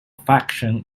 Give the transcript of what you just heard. faction